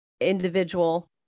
individual